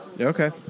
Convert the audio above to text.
Okay